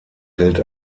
gilt